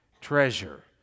treasure